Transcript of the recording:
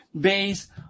based